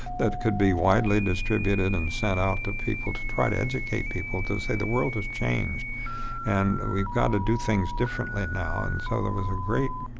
that could be widely distributed and sent out to people to try to educate people to say, the world has changed and we've got to do things differently now. and so there was a great,